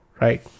right